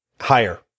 higher